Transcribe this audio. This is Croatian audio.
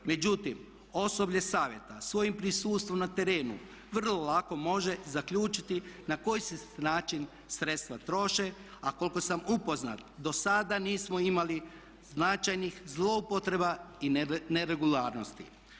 Međutim, osoblje Savjeta svojim prisustvo na terenu vrlo lako može zaključiti na koji se način sredstva troše, a koliko sam upoznat dosada nisam imali značajnih zloupotreba i ne regularnosti.